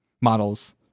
models